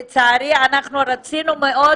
לצערי, אנחנו רצינו מאוד